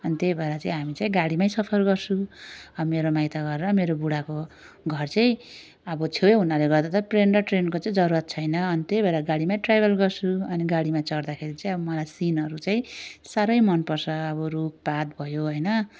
अनि त्यही भएर चाहिँ हामी चाहिँ त्यही गाडीमा सफर गर्छौँ अब मेरो माइतघर र मेरो बुढाको घर चाहिँ अब छेउ हुनाले गर्दा त प्लेन र ट्रेनको चाहिँ जरुरत छैन अनि त्यही भएर गाडीमा ट्राभल गर्छु अनि गाडीमा चढ्दाखेरि चाहिँ अब मलाई सिनहरू चाहिँ साह्रो मन पर्छ अब रुखपात भयो होइन